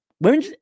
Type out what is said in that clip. Women